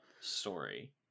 story